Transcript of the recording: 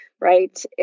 right